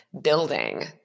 building